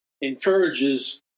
encourages